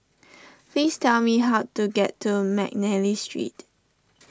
please tell me how to get to McNally Street